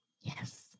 Yes